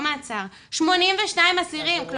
82 אסירים מאסר חמישי,